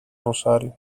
rosario